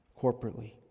corporately